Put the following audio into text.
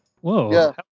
Whoa